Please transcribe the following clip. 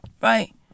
Right